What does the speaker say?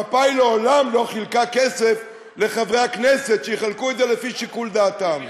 מפא"י מעולם לא חילקה כסף לחברי הכנסת שיחלקו את זה לפי שיקול דעתם.